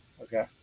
Okay